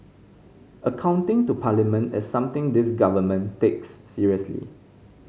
accounting to Parliament is something this Government takes seriously